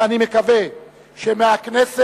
ואני מקווה שמהכנסת,